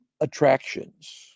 attractions